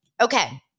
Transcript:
Okay